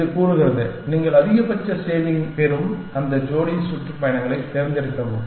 இது கூறுகிறது நீங்கள் அதிகபட்ச ஷேவிங் பெறும் அந்த ஜோடி சுற்றுப்பயணங்களைத் தேர்ந்தெடுக்கவும்